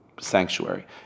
sanctuary